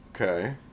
Okay